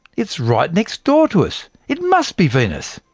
it's right next door to us. it must be venus.